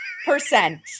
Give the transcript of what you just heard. Percent